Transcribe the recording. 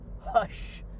hush